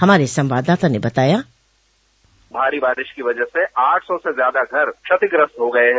हमारे संवाददाता ने बताया भारी बारिश की वजह से आठ सौ से ज्यादा घर क्षतिग्रस्त हो गए हैं